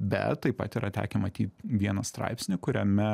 bet taip pat yra tekę matyt vieną straipsnį kuriame